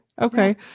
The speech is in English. Okay